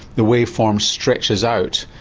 the wave form stretches out.